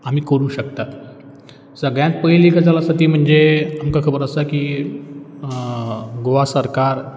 आमी करूंक शकतात सगळ्यान पयली गजाल आसा ती म्हणजे आमकां खबर आसा की गोवा सरकार